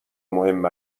مهم